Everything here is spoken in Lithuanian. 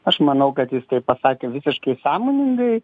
aš manau kad jis tai pasakė visiškai sąmoningai